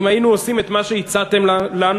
אם היינו עושים את מה שהצעתם לנו,